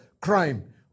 crime